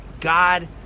God